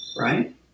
right